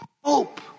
hope